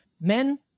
Men